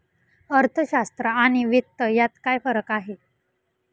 अर्थशास्त्र आणि वित्त यात काय फरक आहे